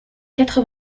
quatre